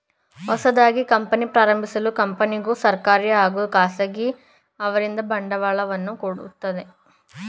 ಹೊಸದಾಗಿ ಕಂಪನಿ ಪ್ರಾರಂಭಿಸಲು ಕಂಪನಿಗೂ ಸರ್ಕಾರಿ ಹಾಗೂ ಖಾಸಗಿ ಅವರಿಂದ ಬಂಡವಾಳವನ್ನು ಸಂಗ್ರಹಿಸುತ್ತದೆ